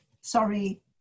sorry